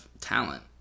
talent